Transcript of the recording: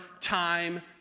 time